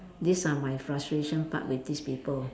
these are my frustration part with these people